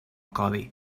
codi